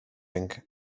rink